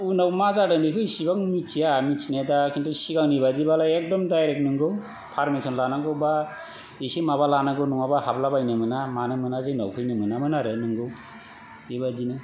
उनाव मा जादों बेखौ इसिबां मिन्थिया मिन्थिनाया दा किन्तु सिगांनि बायदिबालाय एकदम डाइरेक्ट नंगौ पारमिशन लानांगौबा इसे माबा लानांगौ नंआबा हाबला बायनो मोना मानो मोना जोंनाव फैनो मोनामोन नोंगौ बेबायदिनो